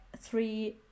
three